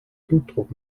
blutdruck